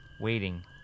waiting